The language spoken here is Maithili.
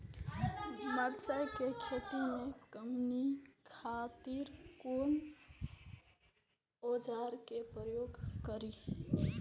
मिरचाई के खेती में कमनी खातिर कुन औजार के प्रयोग करी?